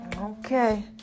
Okay